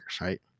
right